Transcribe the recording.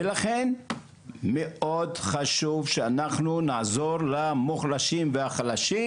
לכן, מאוד חשוב שאנחנו נעזור למוחלשים והחלשים,